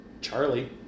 Charlie